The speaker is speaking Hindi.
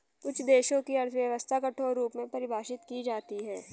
कुछ देशों की अर्थव्यवस्था कठोर रूप में परिभाषित की जाती हैं